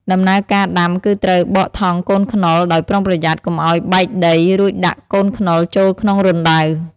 ដំណើរការដាំគឺត្រូវបកថង់កូនខ្នុរដោយប្រុងប្រយ័ត្នកុំឲ្យបែកដី រួចដាក់កូនខ្នុរចូលក្នុងរណ្តៅ។